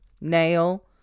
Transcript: nail